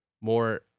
more